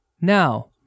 now